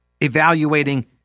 evaluating